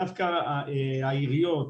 דווקא העיריות,